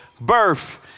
birth